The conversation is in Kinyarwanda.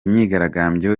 myigaragambyo